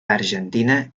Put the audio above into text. argentina